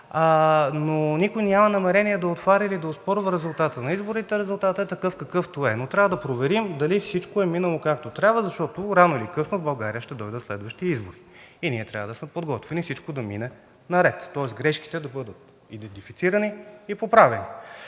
но никой няма намерение да отваря или да оспорва резултата на изборите. Резултатът е такъв, какъвто е, но трябва да проверим дали всичко е минало както трябва, защото рано или късно в България ще дойдат следващи избори и ние трябва да сме подготвени всичко да мине наред, тоест грешките да бъдат идентифицирани и поправени.